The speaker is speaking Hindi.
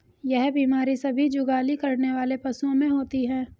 यह बीमारी सभी जुगाली करने वाले पशुओं में होती है